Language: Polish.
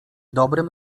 dobrem